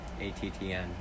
ATTN